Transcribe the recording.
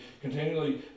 continually